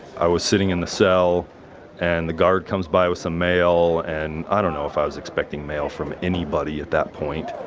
i was sitting in the cell and the guard comes by with some mail, and i don't know if i was expecting mail from anybody at that point.